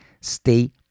stay